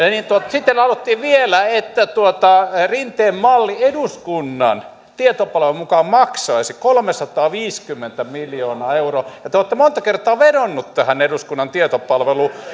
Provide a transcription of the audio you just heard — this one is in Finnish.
sitten sanottiin vielä että rinteen malli eduskunnan tietopalvelun mukaan maksaisi kolmesataaviisikymmentä miljoonaa euroa ja te olette monta kertaa vedonneet tähän eduskunnan tietopalveluun